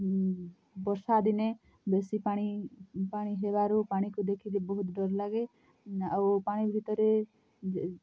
ବର୍ଷା ଦିନେ ବେଶୀ ପାଣି ପାଣି ହେବାରୁ ପାଣିକୁ ଦେଖିଲେ ବହୁତ୍ ଡ଼ର୍ ଲାଗେ ଆଉ ପାଣି ଭିତରେ